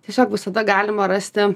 tiesiog visada galima rasti